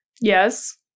Yes